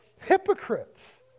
hypocrites